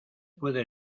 puede